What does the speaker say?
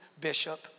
Bishop